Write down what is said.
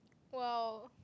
!wow!